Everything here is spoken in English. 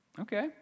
okay